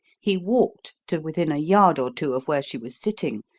he walked to within a yard or two of where she was sitting,